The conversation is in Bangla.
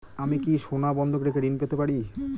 আমি কি সোনা বন্ধক রেখে ঋণ পেতে পারি?